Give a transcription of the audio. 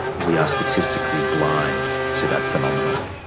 we are statistically blind to that phenomenon.